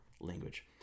language